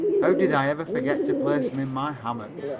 how did i ever forget to place them in my hammock?